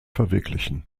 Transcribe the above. verwirklichen